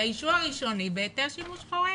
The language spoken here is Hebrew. את האישור הראשוני, בהיתר לשימוש חורג.